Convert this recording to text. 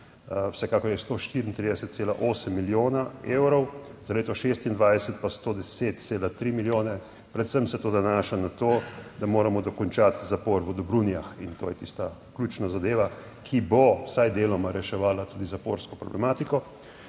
vsekakor je 134,8 milijona evrov, za leto 2026 pa 110,3 milijone, predvsem se to nanaša na to, da moramo dokončati zapor v Dobrunjah, in to je tista ključna zadeva, ki bo vsaj deloma reševala tudi zaporsko problematiko.